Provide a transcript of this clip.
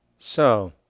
so.